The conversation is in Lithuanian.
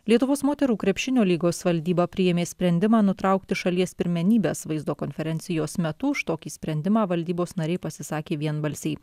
lietuvos moterų krepšinio lygos valdyba priėmė sprendimą nutraukti šalies pirmenybes vaizdo konferencijos metu už tokį sprendimą valdybos nariai pasisakė vienbalsiai